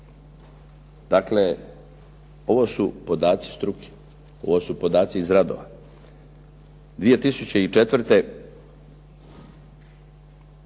struke, ovo su podaci iz radova.